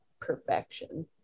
perfection